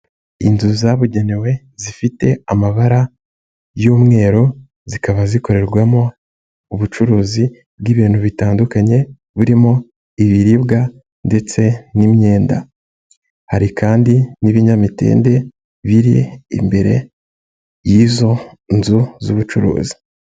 Inzu zabugenewe zifite amabara y'umweru zikaba zikorerwamo ubucuruzi bw'ibintu bitandukanye burimo: ibiribwa ndetse n'imyenda. Hari kandi n'ibinyamitende biri imbere y'izo nzu z'ubucuruzi.